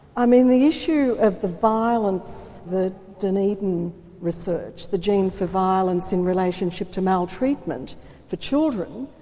i mean the issue of the violence, the dunedin research, the gene for violence in relationship to maltreatment for children,